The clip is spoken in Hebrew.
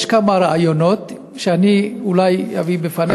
יש כמה רעיונות שאני אולי אביא בפניך,